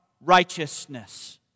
righteousness